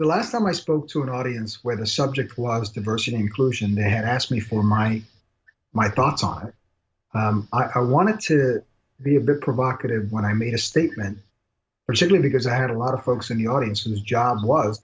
the last time i spoke to an audience where the subject was diversity inclusion they had asked me for my my thoughts on i want to be a bit provocative when i made a statement simply because i had a lot of folks in the audience his job was